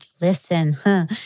listen